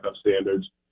standards